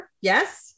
Yes